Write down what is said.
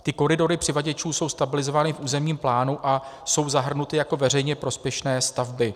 Ty koridory přivaděčů jsou stabilizovány v územním plánu a jsou zahrnuty jako veřejně prospěšné stavby.